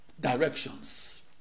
directions